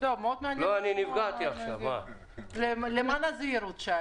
שאלתי למען הזהירות.